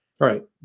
Right